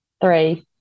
three